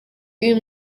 y’uyu